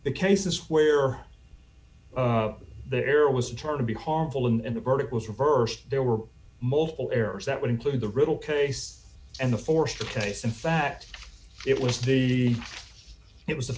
the cases where there was turn to be harmful and the verdict was reversed there were multiple errors that would include the riddle case and the forrester case in fact it was the it was the